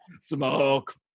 Smoke